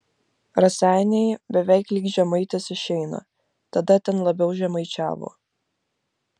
raseiniai beveik lyg žemaitis išeina tada ten labiau žemaičiavo